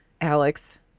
Alex